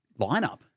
lineup